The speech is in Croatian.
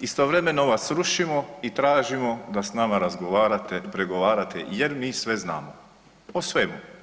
istovremeno vas rušimo i tražimo da s nama razgovarate, pregovarate jer mi sve znamo, o svemu.